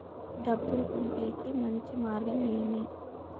డబ్బు పంపేకి మంచి మార్గం ఏమి